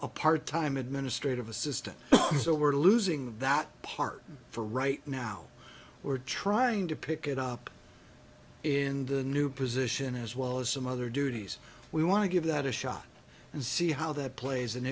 a part time administrative assistant so we're losing that part for right now we're trying to pick it up in the new position as well as some other duties we want to give that a shot and see how that plays and